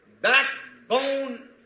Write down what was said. backbone